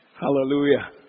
Hallelujah